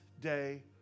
day